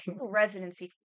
Residency